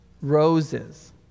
roses